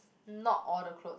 not all the clothes